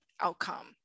outcome